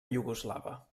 iugoslava